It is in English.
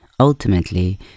Ultimately